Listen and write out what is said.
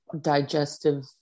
digestive